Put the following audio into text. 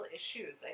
issues